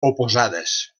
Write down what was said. oposades